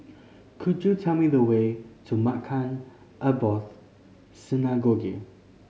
could you tell me the way to Maghain Aboth Synagogue